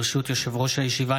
ברשות יושב-ראש הישיבה,